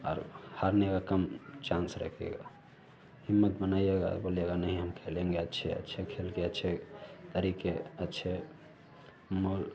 और हारने का कम चान्स रखिएगा हिम्मत बनाइएगा बोलिएगा नहीं हम खेलेंगे अच्छे अच्छे खेल के अच्छे तरीके अच्छे मोल